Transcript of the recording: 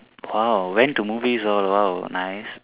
!wow! went to movies oh !wow! nice